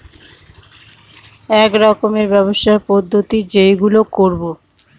এক রকমের ব্যবসার পদ্ধতি যেইগুলো করবো